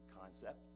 concept